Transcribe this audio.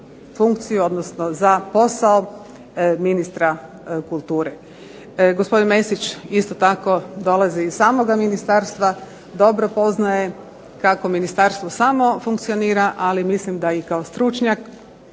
funkciju odnosno za posao ministra kulture. Gospodin Mesić isto tako dolazi iz samoga ministarstva, dobro poznaje kako ministarstvo samo funkcionira, ali mislim da i kao stručnjak,